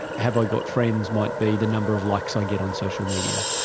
have i got friends might be the number of likes i get on social media.